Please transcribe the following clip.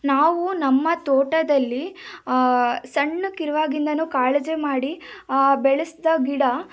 ನಾವು ನಮ್ಮ ತೋಟದಲ್ಲಿ ಸಣ್ಣಕಿರುವಾಗಿಂದನು ಕಾಳಜಿ ಮಾಡಿ ಬೆಳೆಸಿದ ಗಿಡ